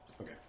Okay